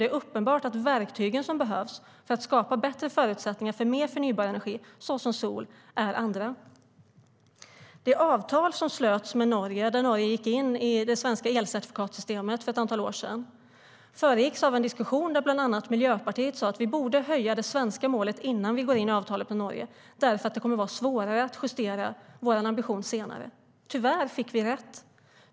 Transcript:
Det är uppenbart att de verktyg som behövs för att skapa bättre förutsättningar för mer förnybar energi, såsom solenergi, är andra. Det avtal som slöts med Norge för ett antal år sedan och varigenom Norge gick in i det svenska elcertifikatssystemet föregicks av en diskussion där bland annat Miljöpartiet sa att vi borde höja det svenska målet innan vi gick in i avtalet med Norge därför att det skulle vara svårare att justera vår ambition senare. Tyvärr fick vi rätt.